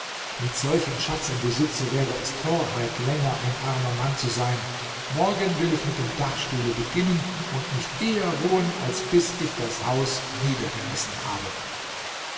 mit solchem schatz im besitze wäre es torheit länger ein armer mann zu sein morgen will ich mit dem dachstuhle beginnen und nicht eher ruhen als bis ich das haus niedergerissen habe